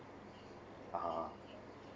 (uh huh)